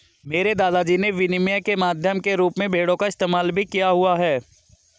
मेरे दादा जी ने विनिमय के माध्यम के रूप में भेड़ों का इस्तेमाल भी किया हुआ है